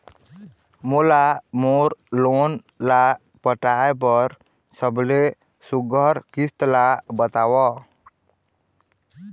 मोला मोर लोन ला पटाए बर सबले सुघ्घर किस्त ला बताव?